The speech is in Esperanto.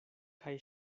kaj